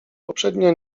poprzednio